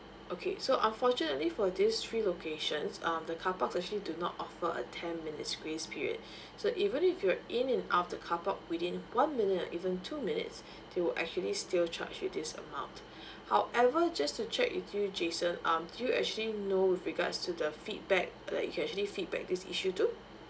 okay so unfortunately for these three locations um the carpark actually do not offer a ten minutes grace period so even if you're in and out the carpark within one minute or even two minutes they will actually still charge with this amount however just to check with you jason um do you actually know with regards to the feedback like you can actually feedback this issue too